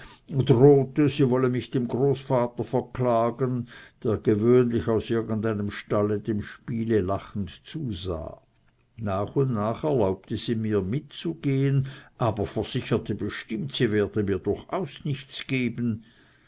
sie wolle mich dem großvater verklagen der gewöhnlich aus irgendeinem stalle dem spiel lachend zusah nach und nach erlaubte sie mir mitzugehen aber versicherte bestimmt sie werde mir durchaus nichts geben